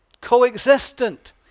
Coexistent